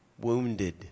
wounded